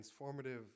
transformative